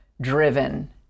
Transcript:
driven